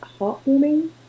heartwarming